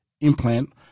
implant